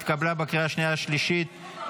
התקבלה בקריאה השנייה והשלישית,